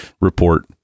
report